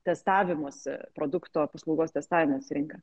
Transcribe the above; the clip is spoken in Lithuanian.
testavimosi produkto paslaugos testavimosi rinka